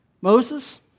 Moses